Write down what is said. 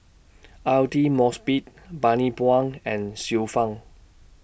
Aidli Mosbit Bani Buang and Xiu Fang